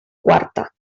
quarta